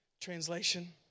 translation